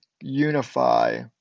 unify